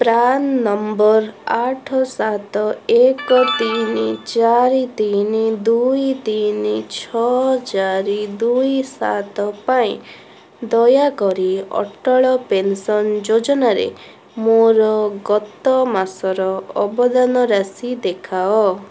PRAN ନମ୍ବର ଆଠ ସାତ ଏକ ତିନି ଚାରି ତିନି ଦୁଇ ତିନି ଛଅ ଚାରି ଦୁଇ ସାତ ପାଇଁ ଦୟାକରି ଅଟଳ ପେନ୍ସନ୍ ଯୋଜନାରେ ମୋର ଗତ ମାସର ଅବଦାନ ରାଶି ଦେଖାଅ